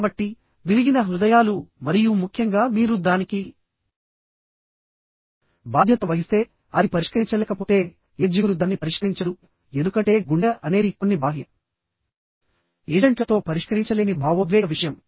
కాబట్టి విరిగిన హృదయాలు మరియు ముఖ్యంగా మీరు దానికి బాధ్యత వహిస్తే అది పరిష్కరించలేకపోతే ఏ జిగురు దాన్ని పరిష్కరించదు ఎందుకంటే గుండె అనేది కొన్ని బాహ్య ఏజెంట్లతో పరిష్కరించలేని భావోద్వేగ విషయం